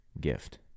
gift